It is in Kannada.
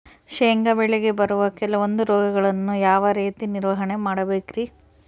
ಶೇಂಗಾ ಬೆಳೆಗೆ ಬರುವ ಕೆಲವೊಂದು ರೋಗಗಳನ್ನು ಯಾವ ರೇತಿ ನಿರ್ವಹಣೆ ಮಾಡಬೇಕ್ರಿ?